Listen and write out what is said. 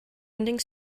ending